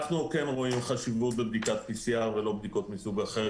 אנחנו כן רואים חשיבות בבדיקת PCR ולא בבדיקות מסוג אחר,